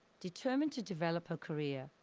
determined to develop her career,